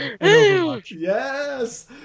Yes